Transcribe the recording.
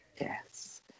Yes